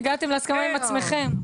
הגעתם להסכמה עם עצמכם?